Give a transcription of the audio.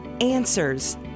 answers